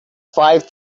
five